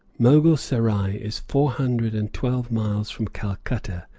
mogul serai is four hundred and twelve miles from calcutta,